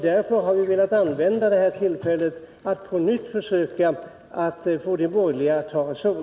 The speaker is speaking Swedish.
Därför har vi velat använda det här tillfället att på nytt försöka få de borgerliga att ta reson.